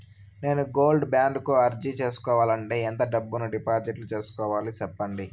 నేను gold bond కు అర్జీ సేసుకోవాలంటే ఎంత డబ్బును డిపాజిట్లు సేసుకోవాలి సెప్పండి